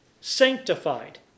sanctified